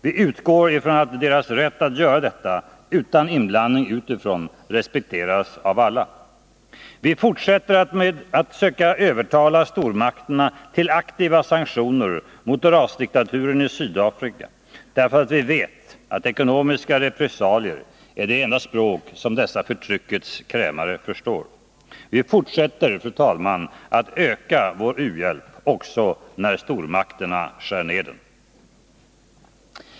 Vi utgår ifrån att deras rätt att göra detta utan inblandning utifrån respekteras av alla. Vi fortsätter att söka övertala stormakterna till aktiva sanktioner mot rasdiktaturen i Sydafrika, därför att vi vet att ekonomiska repressalier är det enda språk som dessa förtryckets krämare förstår. Vi fortsätter att öka vår u-hjälp också när stormakterna skär ner den.